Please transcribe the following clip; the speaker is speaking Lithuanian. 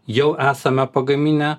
jau esame pagaminę